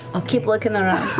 i'll keep looking around.